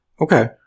Okay